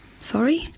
Sorry